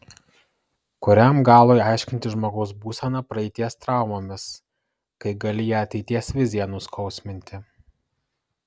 kuriam galui aiškinti žmogaus būseną praeities traumomis kai gali ją ateities vizija nuskausminti